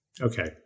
okay